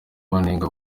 banenga